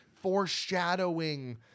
foreshadowing